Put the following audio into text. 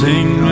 Sing